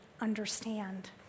understand